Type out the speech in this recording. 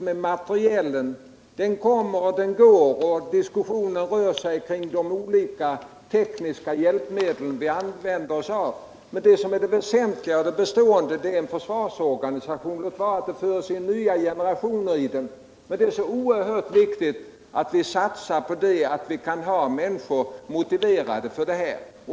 Materielen kommer och går, och diskussionen rör sig kring olika tekniska hjälpmedel som vi använder oss av. Men det väsentliga och bestående är försvarsorganisationen — låt vara att det förs in nya generationer i den. Det är oerhört viktigt att vi satsar på att göra människorna motiverade för detta försvar.